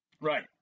Right